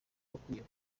akwiye